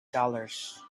dollars